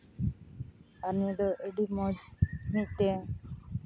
ᱟᱨ ᱱᱤᱭᱟ ᱫᱚ ᱟᱹᱰᱤ ᱢᱚᱡᱽ ᱢᱤᱫᱴᱮᱱ